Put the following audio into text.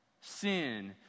Sin